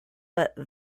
but